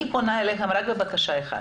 אני פונה אליכם רק בבקשה אחת.